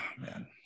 man